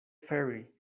ferry